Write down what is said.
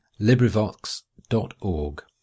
Librivox.org